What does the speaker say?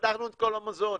פתחנו את כל המוזיאונים.